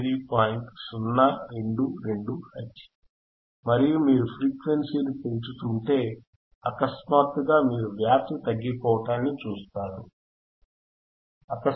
022 hertz మరియు మీరు ఫ్రీక్వెన్సీని పెంచుతుంటే అకస్మాత్తుగా మీరు వ్యాప్తి తగ్గిపోవటాన్ని చూస్తారు లో